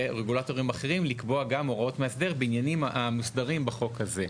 לרגולטורים אחרים לקבוע גם הוראות מאסדר בעניינים המוסדרים בחוק הזה?